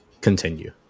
continue